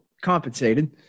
compensated